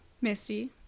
Misty